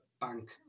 bank